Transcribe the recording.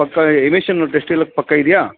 ಪಕ್ಕಾ ಎಮಿಶನು ಟೆಸ್ಟೆಲ್ಲ ಪಕ್ಕಾ ಇದೆಯಾ